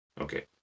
Okay